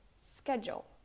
schedule